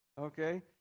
Okay